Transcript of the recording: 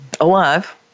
alive